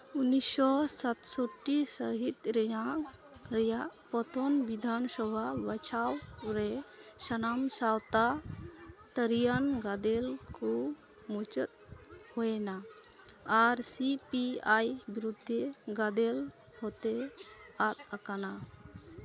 ᱩᱱᱤᱥ ᱥᱚ ᱥᱟᱛᱥᱚᱴᱴᱤ ᱥᱟᱹᱦᱤᱛ ᱨᱮᱭᱟᱜ ᱨᱮᱭᱟᱜ ᱯᱚᱛᱚᱱ ᱵᱤᱫᱷᱟᱱ ᱥᱚᱵᱷᱟ ᱵᱟᱪᱷᱟᱣ ᱨᱮ ᱥᱟᱱᱟᱢ ᱥᱟᱶᱛᱟ ᱛᱟᱹᱨᱤᱭᱟᱱ ᱜᱟᱫᱮᱞ ᱠᱚ ᱢᱩᱪᱟᱹᱫ ᱦᱩᱭᱮᱱᱟ ᱟᱨ ᱥᱤ ᱯᱤ ᱟᱭ ᱵᱤᱨᱩᱫᱽᱫᱷᱮ ᱜᱟᱫᱮᱞ ᱦᱚᱛᱮ ᱟᱫᱽ ᱟᱠᱟᱱᱟ